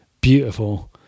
beautiful